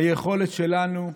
היכולת שלנו להתעלות.